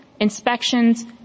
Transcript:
inspections